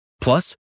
Plus